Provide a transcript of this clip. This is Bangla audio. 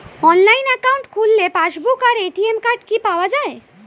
অনলাইন অ্যাকাউন্ট খুললে পাসবুক আর এ.টি.এম কার্ড কি পাওয়া যায়?